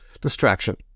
Distraction